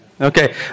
Okay